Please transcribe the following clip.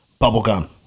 bubblegum